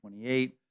28